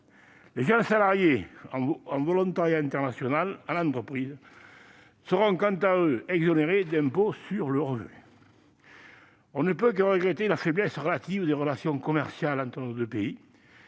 Les jeunes salariés en volontariat international en entreprise seront quant à eux exonérés d'impôt sur le revenu. On ne peut que regretter la faiblesse relative des relations commerciales entre nos deux pays.